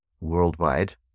worldwide